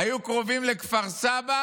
היה קרוב לכפר סבא